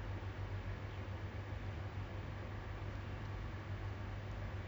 it's always like that you always get kerja somewhere far away from your house